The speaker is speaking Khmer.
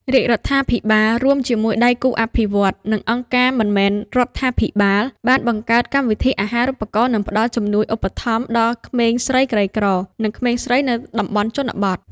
រាជរដ្ឋាភិបាល រួមជាមួយដៃគូអភិវឌ្ឍន៍ និងអង្គការមិនមែនរដ្ឋាភិបាល បានបង្កើតកម្មវិធីអាហារូបករណ៍និងផ្តល់ជំនួយឧបត្ថម្ភដល់ក្មេងស្រីក្រីក្រ និងក្មេងស្រីនៅតំបន់ជនបទ។